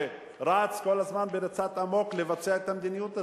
שרץ כל הזמן ריצת אמוק לבצע את המדיניות הזאת.